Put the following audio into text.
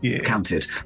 counted